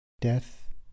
death